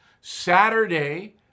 Saturday